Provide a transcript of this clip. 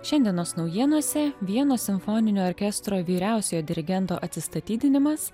šiandienos naujienose vieno simfoninio orkestro vyriausiojo dirigento atsistatydinimas